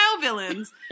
villains